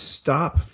stop